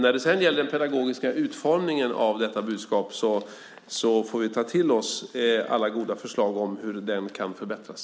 När det sedan gäller den pedagogiska utformningen av detta budskap får vi ta till oss alla goda förslag om hur den kan förbättras.